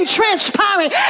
transpiring